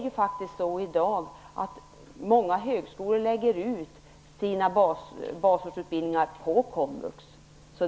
I dag lägger många högskolor faktiskt ut sina basårsutbildningar på komvux.